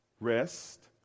Rest